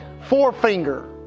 forefinger